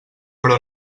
però